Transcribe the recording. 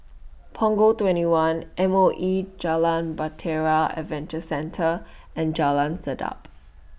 Punggol twenty one M O E Jalan Bahtera Adventure Centre and Jalan Sedap